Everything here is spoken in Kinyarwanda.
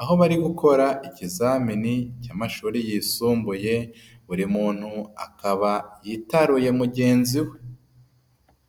aho bari gukora ikizamini cy'amashuri yisumbuye, buri muntu akaba yitaruye mugenzi we.